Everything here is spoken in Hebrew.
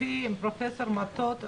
לפי פרופ' מטות,